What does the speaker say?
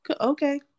okay